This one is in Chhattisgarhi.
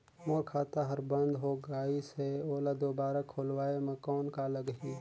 मोर खाता हर बंद हो गाईस है ओला दुबारा खोलवाय म कौन का लगही?